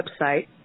website